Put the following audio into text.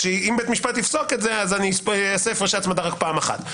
אם בית המשפט יפסוק את זה אז אני אעשה הפרשי הצמדה רק פעם אחת.